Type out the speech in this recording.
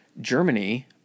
Germany